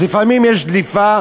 אז לפעמים יש דליפה